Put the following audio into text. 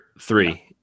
three